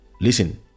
listen